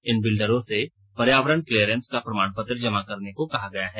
इन बिल्डरों से पर्यावरण क्लीयरेंस का प्रमाणपत्र जमा करने को कहा गया है